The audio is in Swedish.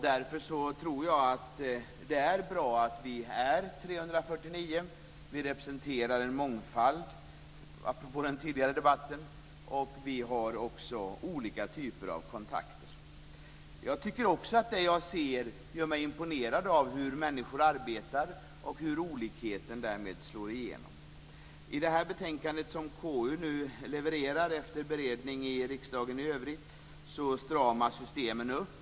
Därför tror jag att det är bra att vi är 349. Vi representerar en mångfald, apropå den tidigare debatten. Vi har också olika typer av kontakter. Jag tycker också att det jag ser gör mig imponerad av hur människor arbetar och hur olikheten därmed slår igenom. I det här betänkandet som KU nu levererar efter beredning i riksdagen i övrigt stramas systemen upp.